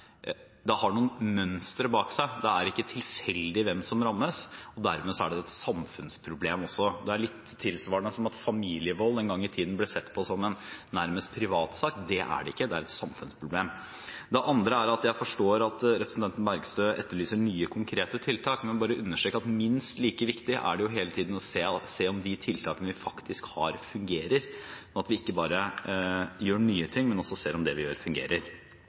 rammes. Dermed er det også et samfunnsproblem. Det er litt tilsvarende det at familievold en gang i tiden ble sett på som nærmest en privatsak. Det er det ikke. Det er et samfunnsproblem. Det andre er at jeg forstår at representanten Bergstø etterlyser nye, konkrete tiltak. Jeg vil bare understreke at minst like viktig er det hele tiden å se om de tiltakene vi faktisk har, fungerer – at vi ikke bare gjør nye ting, men også ser om det vi gjør, fungerer.